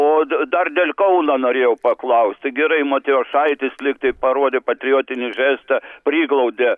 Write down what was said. o dar dėl kauno norėjau paklausti gerai matijošaitis lyg tai parodė patriotinį žestą priglaudė